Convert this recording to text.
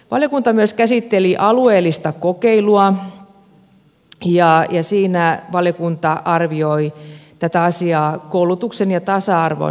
valiokunta myös käsitteli alueellista kokeilua ja siinä valiokunta arvioi tätä asiaa koulutuksen ja tasa arvon näkökulmasta